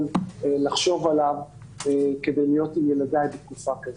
לחשוב עליו כדי להיות עם ילדיי בתקופה כזו.